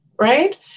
right